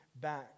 back